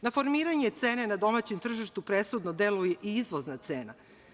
Na formiranje cene na domaćem tržištu presudno deluje i izvozna cena.